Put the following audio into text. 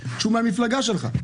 שהוא מהמפלגה שלך.